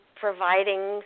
providing